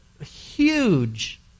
huge